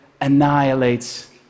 annihilates